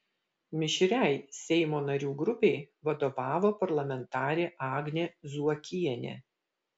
mišriai seimo narių grupei vadovavo parlamentarė agnė zuokienė